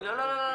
מאוד חשוב.